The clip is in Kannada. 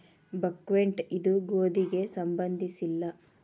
ಬಕ್ಹ್ವೇಟ್ ಇದು ಗೋಧಿಗೆ ಸಂಬಂಧಿಸಿಲ್ಲ